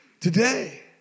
Today